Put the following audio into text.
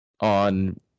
on